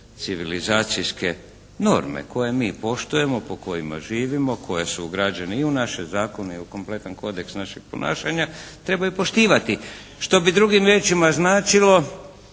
civilizacijske norme koje mi poštujemo, po kojima mi živimo, koje su ugrađene i u naše zakone i u kompletan kodeks našeg ponašanja trebaju poštivati, što bi drugim riječima značilo